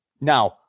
Now